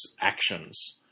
actions